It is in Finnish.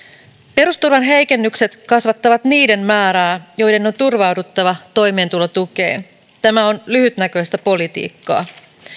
perusturvan heikennykset kasvattavat niiden määrää joiden on turvauduttava toimeentulotukeen tämä on lyhytnäköistä politiikkaa